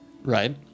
Right